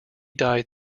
died